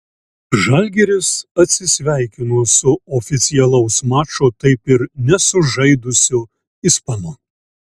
žalgiris atsisveikino su oficialaus mačo taip ir nesužaidusiu ispanu